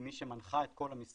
היא מי שמנחה את כל המשרדים.